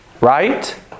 right